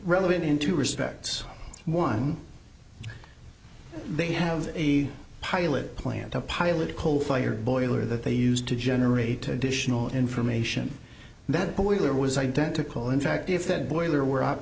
relevant in two respects one they have a pilot plant a pilot a coal fired boiler that they used to generate additional information that boiler was identical in fact if that boiler were